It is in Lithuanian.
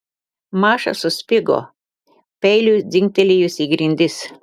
maša suspigo peiliui dzingtelėjus į grindis